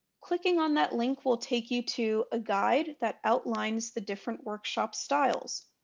clicking on that link will take you to a guide that outlines the different workshop styles.